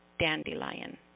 dandelion